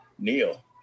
Neil